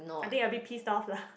I think a bit pissed off lah